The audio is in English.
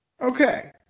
Okay